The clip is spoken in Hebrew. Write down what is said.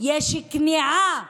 יש כניעה